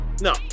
No